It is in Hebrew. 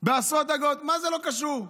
בעשרות אגורות, אה, זה לא קשור.